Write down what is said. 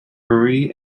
marie